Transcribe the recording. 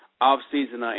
off-season